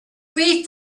wreath